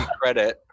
credit